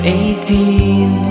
eighteen